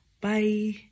bye